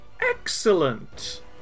Excellent